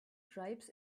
stripes